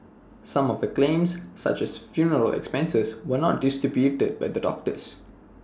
some of the claims such as for funeral expenses were not disputed by the doctors